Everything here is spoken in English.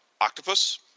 octopus